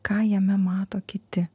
ką jame mato kiti